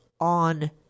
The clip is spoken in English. on